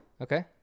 Okay